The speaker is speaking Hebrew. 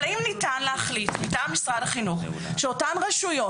אבל האם ניתן להחליט מטעם משרד החינוך שאותן רשויות,